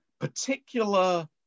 particular